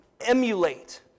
emulate